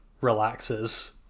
relaxes